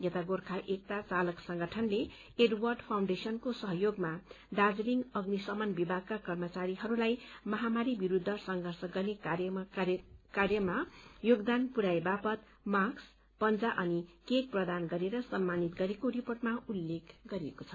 यता गोर्खा एकता चालक संगठनले एडवर्ड फाउण्डेशनको सहयोगमा दार्जीलिङ अग्निशमन विभागका कर्मचारीहरूलाई महामारी विरूद्ध संवर्ष गर्ने कार्यमा योगदान पुरयाए वापद मास्क पंजा अनि केक प्रदान गरेर सम्मानित गरेको रिपोर्टमा उल्लेख गरिएको छ